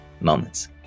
moments